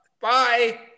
bye